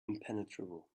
impenetrable